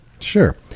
Sure